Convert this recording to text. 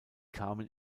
kamen